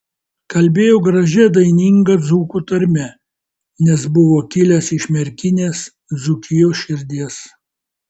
kalbėjo gražia daininga dzūkų tarme nes buvo kilęs iš merkinės dzūkijos širdies